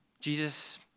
Jesus